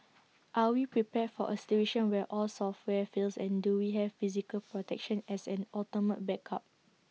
are we prepared for A situation where all software fails and do we have physical protection as an ultimate backup